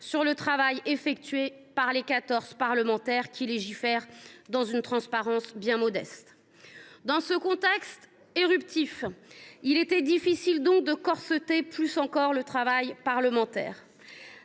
sur le travail effectué par les quatorze parlementaires qui légifèrent dans des conditions de transparence bien modestes. Dans ce contexte éruptif, il était donc difficile de corseter plus encore le travail parlementaire.